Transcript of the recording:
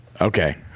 Okay